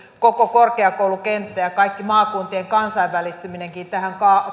koko korkeakoulukenttä ja kaikki maakuntien kansainvälistyminenkin tähän